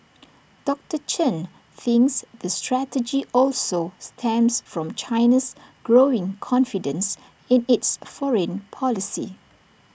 doctor Chen thinks the strategy also stems from China's growing confidence in its foreign policy